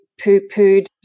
poo-pooed